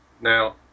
Now